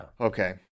Okay